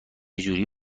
جوری